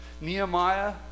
Nehemiah